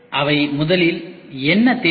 அவை முதலில் என்ன தேவை